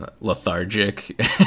Lethargic